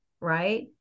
right